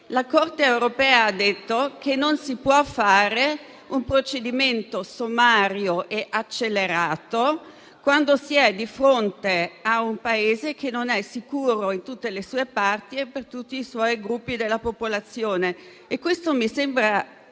La Corte europea ha detto che non si può fare un procedimento sommario e accelerato quando si è di fronte a un Paese che non è sicuro in tutte le sue parti e per tutti i gruppi della sua popolazione.